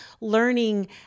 learning